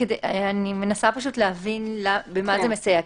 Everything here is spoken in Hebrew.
אני מנסה להבין במה זה מסייע,